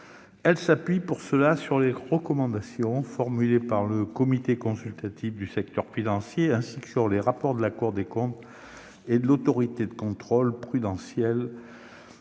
Elle s'appuie, pour cela, sur les recommandations formulées par le Comité consultatif du secteur financier, ainsi que sur les rapports de la Cour des comptes et de l'Autorité de contrôle prudentiel et